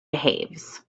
behaves